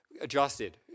adjusted